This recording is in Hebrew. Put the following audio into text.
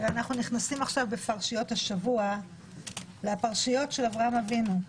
אנחנו נכנסים עכשיו בפרשיות השבוע לפרשיות של אברהם אבינו.